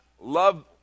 love